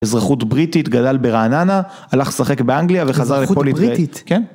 אזרחות בריטית, גדל ברעננה, הלך לשחק באנגליה וחזר לפה לישראל.